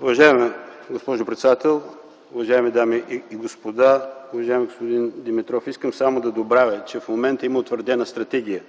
Уважаема госпожо председател, уважаеми дами и господа, уважаеми господин Димитров! Искам само да добавя, че в момента има утвърдена от мен Стратегия